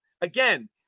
again